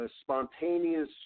spontaneous